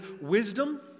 wisdom